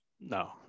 No